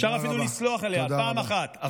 אפשר אפילו לסלוח עליה פעם אחת.